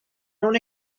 own